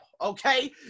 okay